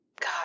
God